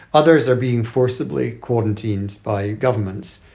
others are being forcibly quarantined by governments.